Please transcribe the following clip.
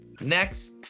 next